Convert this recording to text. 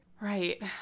Right